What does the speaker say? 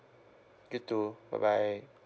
you too bye bye